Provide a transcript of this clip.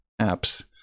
apps